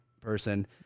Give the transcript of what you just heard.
person